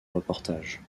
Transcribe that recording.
reportage